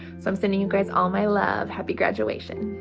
so i'm sending you guys all my love. happy graduation.